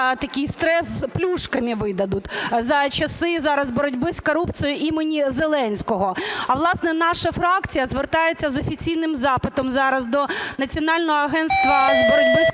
такий стрес плюшками видадуть за часи зараз боротьби з корупцією імені Зеленського. А, власне, наша фракція звертається з офіційним запитом зараз до Національного агентства боротьби з корупцією